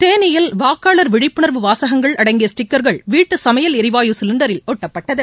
தேளியில் வாக்காளர் விழிப்புணர்வு வாசகங்கள் அடங்கிய ஸ்டிக்கர்கள் வீட்டு சமையல் எரிவாயு சிலிண்டரில் ஒட்ப்பட்டது